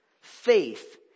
faith